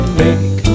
make